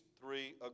three